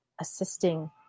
assisting